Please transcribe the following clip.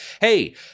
Hey